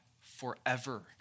forever